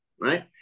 right